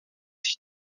sich